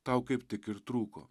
tau kaip tik ir trūko